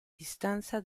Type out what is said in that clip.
distanza